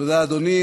תודה, אדוני.